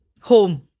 home